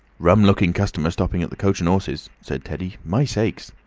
rum-looking customer stopping at the coach and horses said teddy. my sakes!